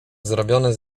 zrobione